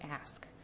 ask